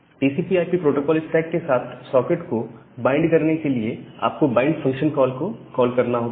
TCP IP protocol stack के साथ socket को बाइंड करने के लिए आपको बाइंड bind फंक्शन को कॉल करना होता है